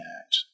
Act